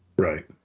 Right